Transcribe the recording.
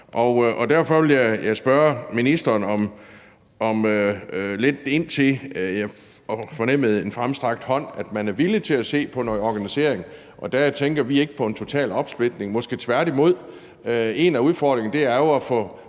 Derfor vil jeg spørge ministeren lidt ind til – jeg fornemmede en fremstrakt hånd – om man er villig til at se på noget organisering, og der tænker vi ikke på en total opsplitning, måske tværtimod. En af udfordringerne er jo at få